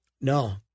No